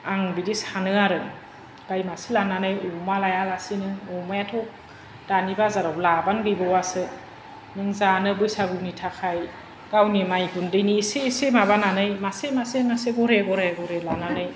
आं बिदि सानो आरो गाइ मासे लानानै अमा लायालासिनो अमायाथ' दानि बाजाराव लाबानो गैबावासो नों जानो बैसागुनि थाखाय गावनि माइ गुन्दैनि एसे एसे माबानानै मासे मासे मासे घरे घरे घरे घरे लानानै